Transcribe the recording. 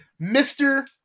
Mr